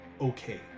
okay